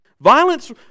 Violence